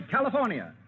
California